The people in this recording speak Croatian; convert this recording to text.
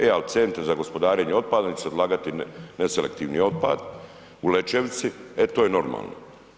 E ali centri za gospodarenje otpadom ... odlagati neselektivni otpad u Lećevici, e to je normalno.